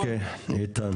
אוקיי, איתן.